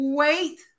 wait